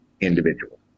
individual